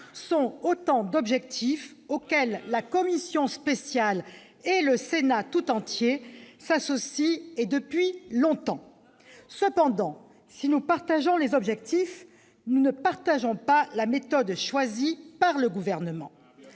sont autant d'objectifs auxquels la commission spéciale et le Sénat tout entier s'associent, et ce depuis longtemps. Très bien ! Cependant, si nous partageons ces objectifs, nous ne partageons pas la méthode choisie par le Gouvernement.